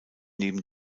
neben